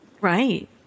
Right